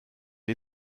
die